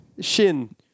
Shin